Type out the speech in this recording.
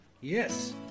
Yes